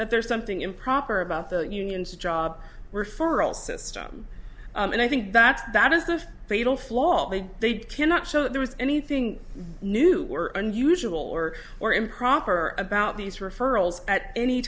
that there's something improper about the unions job referral system and i think that that is a fatal flaw that they cannot show there is anything new or unusual or or improper about these referrals at any